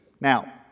Now